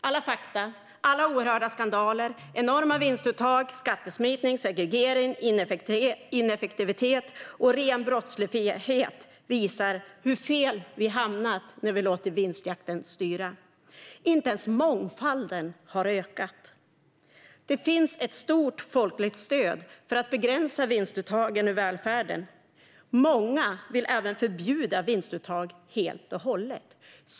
Alla fakta - alla oerhörda skandaler, enorma vinstuttag, skattesmitning, segregering, ineffektivitet och ren brottslighet - visar hur fel vi har hamnat när vi har låtit vinstjakten styra. Inte ens mångfalden har ökat. Det finns ett stort folkligt stöd för att begränsa vinstuttagen i välfärden. Många vill även förbjuda vinstuttag helt och hållet.